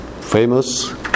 famous